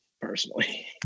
personally